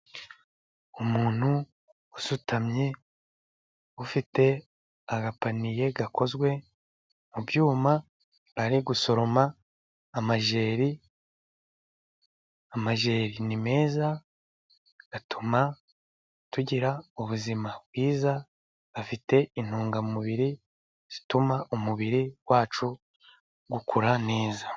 Umuntu usutamye ufite agapaniye gakozwe mu byuma ari gusoroma amajeri. Amajeri ni meza, atuma tugira ubuzima bwiza, afite intungamubiri zituma umubiri wacu ukura neza.